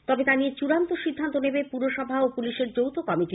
তবে তা নিয়ে চূড়ান্ত সিদ্ধান্ত নেবে পুরসভা ও পুলিশের যৌথ কমিটি